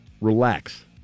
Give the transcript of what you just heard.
Relax